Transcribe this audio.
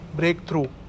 breakthrough